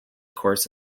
course